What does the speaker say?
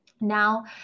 Now